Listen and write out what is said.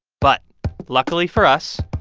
but luckily for us,